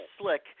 Slick